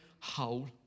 whole